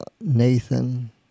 nathan